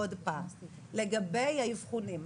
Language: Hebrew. לגבי האבחונים,